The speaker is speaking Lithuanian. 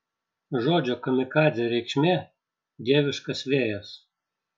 žodžio kamikadzė reikšmė dieviškas vėjas